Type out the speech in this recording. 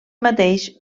mateix